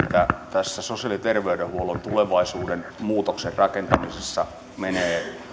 tässä sosiaali ja terveydenhuollon tulevaisuuden muutoksen rakentamisessa menee